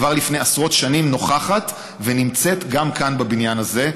כבר לפני עשרות שנים נוכחת ונמצאת גם כאן בבניין הזה.